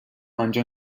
آنجا